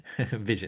vision